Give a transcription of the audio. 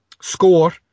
score